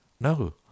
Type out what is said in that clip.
no